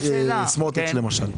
סמוטריץ' למשל.